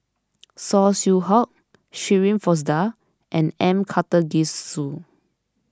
Saw Swee Hock Shirin Fozdar and M Karthigesu